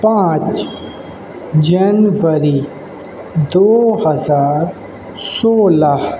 پانچ جنوری دو ہزار سولہ